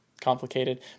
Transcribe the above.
Complicated